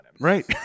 right